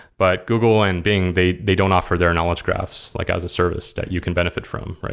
but google and bing, they they don't offer their knowledge graphs like as a service that you can benefit from.